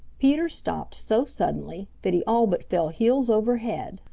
peter stopped so suddenly that he all but fell heels over head.